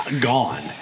gone